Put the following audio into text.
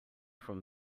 from